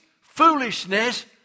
foolishness